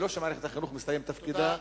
ולא שמערכת החינוך מסיימת את תפקידה,